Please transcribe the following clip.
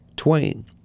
twain